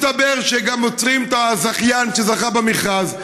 מסתבר שגם עוצרים את הזכיין שזכה במכרז,